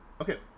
okay